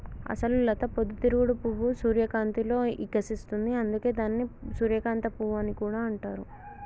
అసలు లత పొద్దు తిరుగుడు పువ్వు సూర్యకాంతిలో ఇకసిస్తుంది, అందుకే దానిని సూర్యకాంత పువ్వు అని కూడా అంటారు